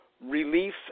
relief